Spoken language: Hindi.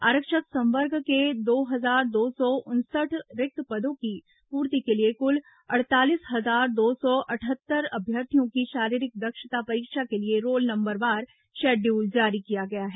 आरक्षक संवर्ग के दो हजार दो सौ उनसठ रिक्त पदों की पूर्ति के लिए कुल अड़तालीस हजार दो सौ अठहत्तर अभ्यर्थियों की शारीरिक दक्षता परीक्षा के लिए रोल नंबरवार शेड्यूल जारी किया गया है